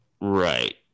Right